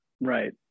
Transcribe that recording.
right